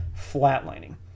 flatlining